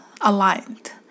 aligned